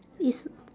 is